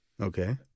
Okay